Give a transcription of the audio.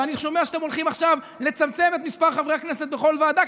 ואני שומע שאתם הולכים עכשיו לצמצם את מספר חברי הכנסת בכל ועדה,